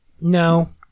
no